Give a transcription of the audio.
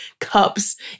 cups